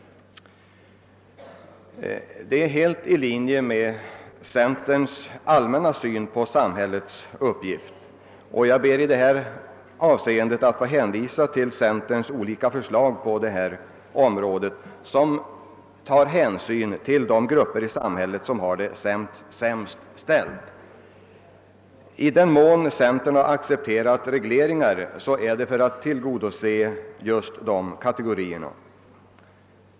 Det är helt i linje med centerns allmänna syn på samhällets uppgift. Jag ber i detta avseende att få hänvisa till centerns olika förslag på detta område. De tar alla hänsyn till de grupper i samhället som har det sämst ställt. I den mån centern har accepterat regleringar inom bostadsområdet, har det skett för att tillgodose just de kategorierna.